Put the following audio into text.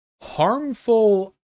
Harmful